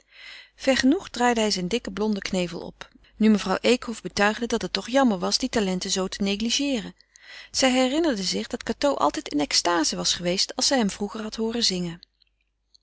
vergenoegd draaide hij zijn dikken blonden snor op nu mevrouw eekhof betuigde dat het toch jammer was die talenten zoo te negligeeren zij herinnerde zich dat cateau in extaze was geweest als zij hem vroeger had hooren zingen